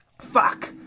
fuck